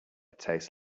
tastes